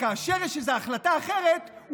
וכאשר יש החלטה אחרת,